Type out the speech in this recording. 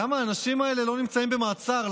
למה האנשים האלה לא נמצאים במעצר?